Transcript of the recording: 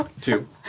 Two